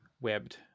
Webbed